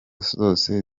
zose